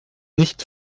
nicht